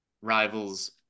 Rivals